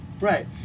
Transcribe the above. Right